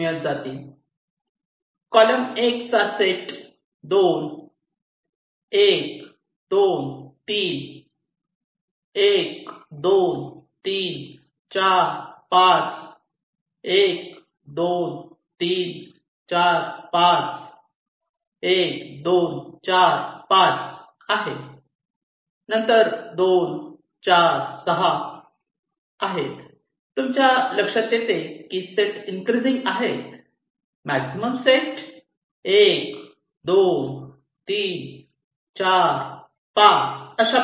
column 1 चा set 2 1 2 3 1 2 3 4 5 1 2 3 4 5 1 2 4 5 आहे नंतर 2 4 6 तुमच्या लक्षात येते की सेट इन्क्रीसिंग आहेत मॅक्झिमम सेट 1 2 3 4 5 आहे